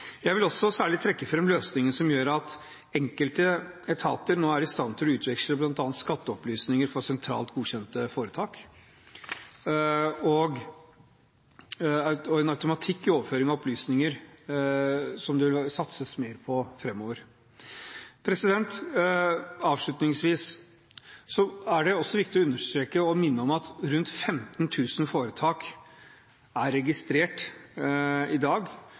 Jeg vil også særlig trekke fram løsninger som gjør at enkelte etater nå er i stand til å utveksle bl.a. skatteopplysninger fra sentralt godkjente foretak, og en automatikk i overføring av opplysninger som det satses mer på framover. Avslutningsvis er det også viktig å understreke og minne om at rundt 15 000 foretak er registrert i dag,